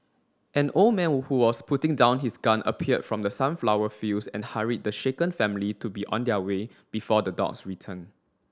an old man who was putting down his gun appeared from the sunflower fields and hurried the shaken family to be on their way before the dogs return